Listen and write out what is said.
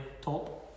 top